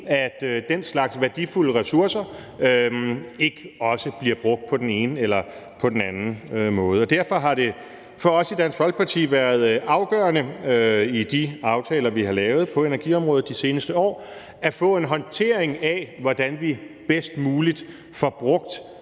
at den slags værdifulde ressourcer ikke også bliver brugt på den ene eller på den anden måde. Derfor har det for os i Dansk Folkeparti været afgørende i de aftaler, vi har lavet på energiområdet de seneste år, at få en håndtering af, hvordan vi bedst muligt får brugt